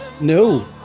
No